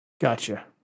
Gotcha